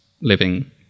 living